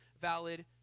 valid